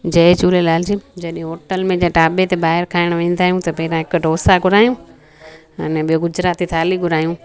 जय झूलेलालजी जॾहिं होटल में या ढाबे ते ॿाहिरि खाइण वेंदा आहियूं त पहिरां हिकु ढोसा घुरायूं अने ॿियों गुजराती थाल्ही घुरायूं